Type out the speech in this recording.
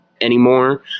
anymore